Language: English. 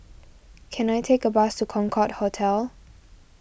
can I take a bus to Concorde Hotel